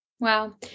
Wow